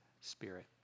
spirit